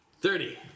Thirty